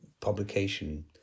publication